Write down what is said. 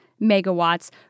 megawatts